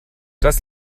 das